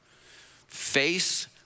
face